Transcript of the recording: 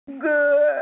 Good